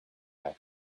back